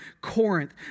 Corinth